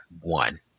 one